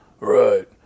Right